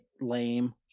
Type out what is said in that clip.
lame